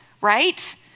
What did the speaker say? right